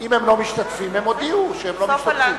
אם הם לא משתתפים, הם הודיעו שהם לא משתתפים.